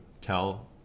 tell